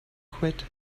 quit